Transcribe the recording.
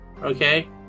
Okay